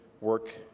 work